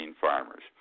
farmers